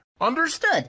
Understood